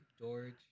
George